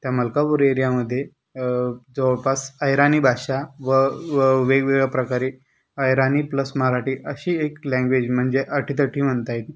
त्या मलकापूर एरियामध्ये जवळपास अहिराणी भाषा व वेगवेगळ्या प्रकारे अहिराणी प्लस मराठी अशी एक लँग्वेज म्हणजे अटीतटी म्हणता येईल